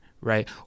right